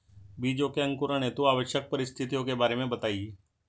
बीजों के अंकुरण हेतु आवश्यक परिस्थितियों के बारे में बताइए